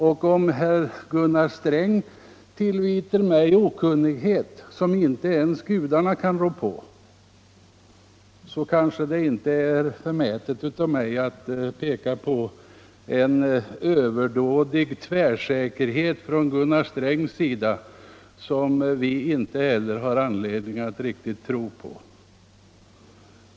Och om herr Gunnar Sträng tillvitar mig en okunnighet, som inte ens gudarna kan rå på, är det kanske inte förmätet av mig att peka på en överdådig tvärsäkerhet hos Gunnar Sträng, som vi på vårt håll inte har anledning att sätta tilltro till.